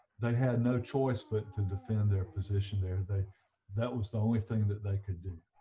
they had no choice but to defend their position. there they that was the only thing that they could do